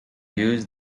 used